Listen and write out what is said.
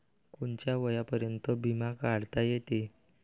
कोनच्या वयापर्यंत बिमा काढता येते?